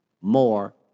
more